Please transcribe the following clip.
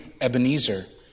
Ebenezer